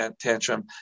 tantrum